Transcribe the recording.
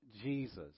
Jesus